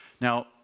Now